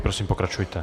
Prosím, pokračujte.